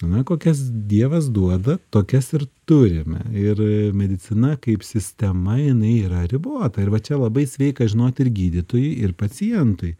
na kokias dievas duoda tokias ir turime ir e medicina kaip sistema jinai yra ribota ir va čia labai sveika žinot ir gydytojui ir pacientui